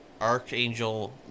Archangel